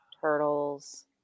turtles